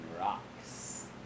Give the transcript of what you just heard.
rocks